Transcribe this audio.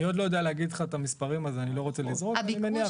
אני עוד לא יודע להגיד לך את המספרים אז אני לא רוצה --- אבל זו